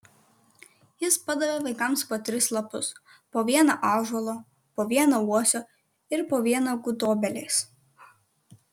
jis padavė vaikams po tris lapus po vieną ąžuolo po vieną uosio ir po vieną gudobelės